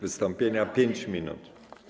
Wystąpienia - 5 minut.